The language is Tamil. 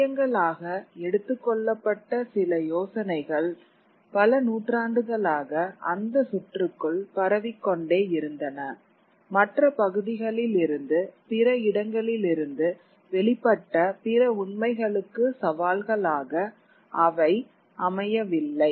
சத்தியங்களாக எடுத்துக் கொள்ளப்பட்ட சில யோசனைகள் பல நூற்றாண்டுகளாக அந்த சுற்றுக்குள் பரவிக் கொண்டே இருந்தன மற்ற பகுதிகளிலிருந்து பிற இடங்களிலிருந்து வெளிப்பட்ட பிற உண்மைகளுக்கு சவால்களாக அவை அமையவில்லை